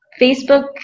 Facebook